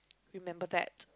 remember that